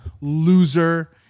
loser